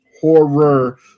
horror